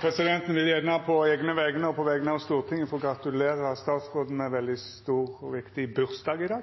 Presidenten vil gjerne på eigne vegner og på vegner av Stortinget få gratulera statsråden med ein veldig stor og viktig bursdag i dag!